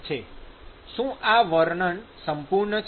શું આ વર્ણન સંપૂર્ણ છે